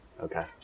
Okay